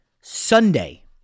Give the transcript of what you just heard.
Sunday